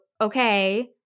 okay